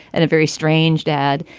and a very strange dad.